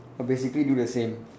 I'll basically do the same